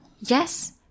Yes